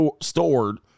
stored